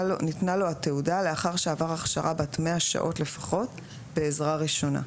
לו התעודה לאחר שעבר הכשרה בת 100 שעות לפחות בעזרה ראשונה,